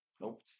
Nope